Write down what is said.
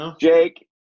Jake